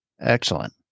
Excellent